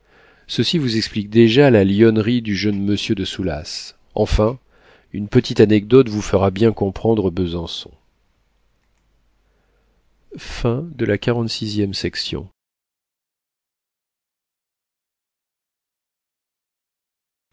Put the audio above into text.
ceci vous explique déjà la lionnerie du jeune monsieur de soulas enfin une petite anecdote vous fera bien comprendre besançon